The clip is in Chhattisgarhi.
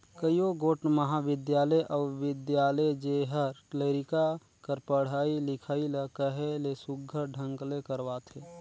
कइयो गोट महाबिद्यालय अउ बिद्यालय जेहर लरिका कर पढ़ई लिखई ल कहे ले सुग्घर ढंग ले करवाथे